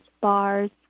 bars